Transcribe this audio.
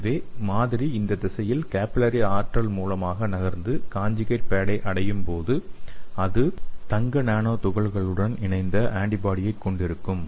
எனவே மாதிரி இந்த திசையில் கேபில்லரி ஆற்றல் மூலமாக நகர்ந்து கான்ஜுகேட் பேட்டை அடையும் போது அது தங்க நானோ துகள்களுடன் இணைந்த ஆன்டிபாடியைக் கொண்டிருக்கும்